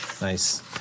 Nice